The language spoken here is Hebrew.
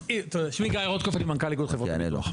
שמי גיא רוטקופף אני מנכ"ל איגוד חברות הביטוח.